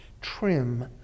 trim